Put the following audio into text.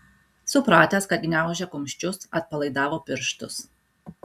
supratęs kad gniaužia kumščius atpalaidavo pirštus